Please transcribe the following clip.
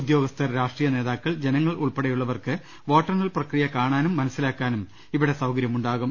ഉദ്യോഗസ്ഥർ രാഷ്ട്രീയ നേതാക്കൾ ജ നങ്ങൾ ഉൾപ്പെടെയുള്ളവർക്ക് വോട്ടെണ്ണൽ പ്രക്രിയ കാണാനും മനസ്സിലാക്കാനും ഇവിടെ സൌകര്യമുണ്ടാ വും